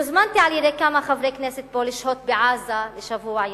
הוזמנתי על-ידי כמה חברי כנסת פה לשהות בעזה שבוע ימים.